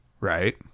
right